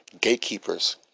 gatekeepers